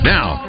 Now